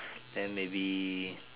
then maybe